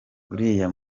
uriya